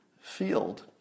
field